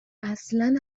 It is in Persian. اصلن